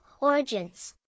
origins